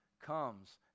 comes